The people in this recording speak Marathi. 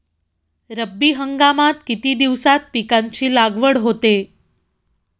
रब्बी हंगामात किती दिवसांत पिकांची लागवड होते?